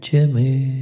Jimmy